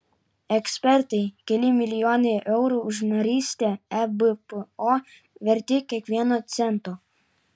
ekspertai keli milijonai eurų už narystę ebpo verti kiekvieno cento